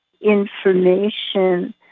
information